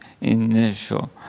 initial